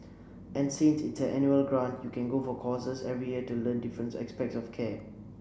and since it's an annual grant you can go for courses every year to learn different aspects of care